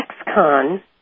ex-con